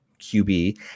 QB